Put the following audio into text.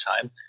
time